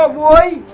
ah boy